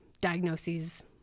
diagnoses